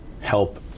help